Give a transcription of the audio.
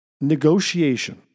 Negotiation